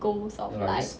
goals of life